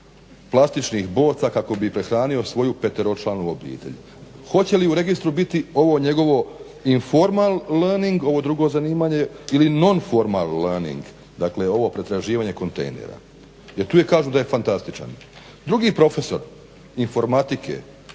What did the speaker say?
plastičnih boca kako bi prehranio svoju 5-članu obitelj? Hoće li u registru biti ovo njegovo informal learning ovo drugo zanimanje ili non-formal learning dakle ovo pretraživanje kontejnera? Jer tu kažu da je fantastičan. Drugi prof. informatike